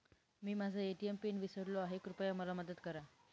मी माझा ATM pin विसरलो आहे, कृपया मला मदत करा